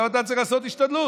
ועכשיו אתה צריך לעשות השתדלות.